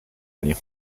año